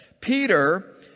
Peter